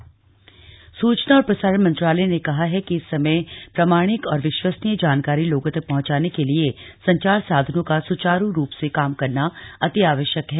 सूचना और प्रसारण निर्देश सूचना और प्रसारण मंत्रालय ने कहा है कि इस समय प्रामाणिक और विश्वसनीय जानकारी लोगों तक पहंचाने के लिए संचार साधनों का स्चारू रूप से काम करना अति आवश्यक है